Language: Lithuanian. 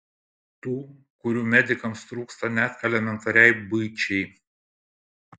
tų kurių medikams trūksta net elementariai buičiai